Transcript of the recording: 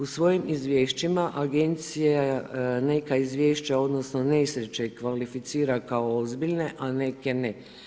U svojim izvješćima Agencija neka izvješća odnosno nesreće kvalificira kao ozbiljne, a neke ne.